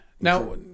Now